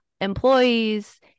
employees